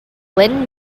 lynn